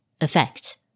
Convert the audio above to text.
effect